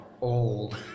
old